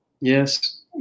Yes